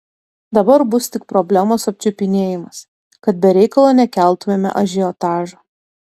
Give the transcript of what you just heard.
dabar bus tik problemos apčiupinėjimas kad be reikalo nekeltumėme ažiotažo